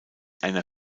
einer